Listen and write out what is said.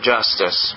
justice